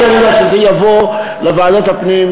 כי אני יודע שזה יבוא לוועדת הפנים,